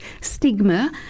stigma